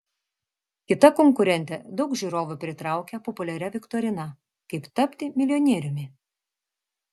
kita konkurentė daug žiūrovų pritraukia populiaria viktorina kaip tapti milijonieriumi